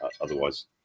otherwise